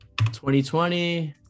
2020